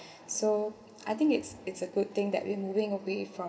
so I think it's it's a good thing that we moving away from